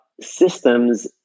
systems